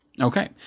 Okay